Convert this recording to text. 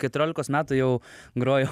keturiolikos metų jau grojau